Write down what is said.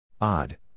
odd